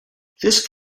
this